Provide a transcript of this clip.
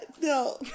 no